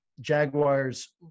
Jaguars